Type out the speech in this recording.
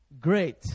great